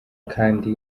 kandi